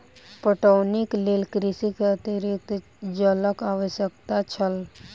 पटौनीक लेल कृषक के अतरिक्त जलक आवश्यकता छल